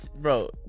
bro